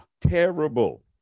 terrible